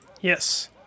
Yes